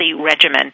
regimen